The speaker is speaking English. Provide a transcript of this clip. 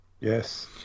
Yes